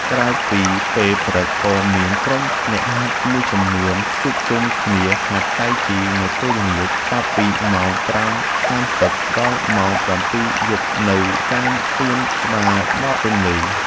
ក្រៅពីពេលព្រឹក ក៏មានក្រុមអ្នកហាត់មួយចំនួនជួបជុំគ្នាហាត់តៃជីនៅពេលល្ងាច ចាប់ពីម៉ោង ៥:៣០ ដល់ម៉ោង ៧:០០ យប់ នៅតាមសួនច្បារមាត់ទន្លេ។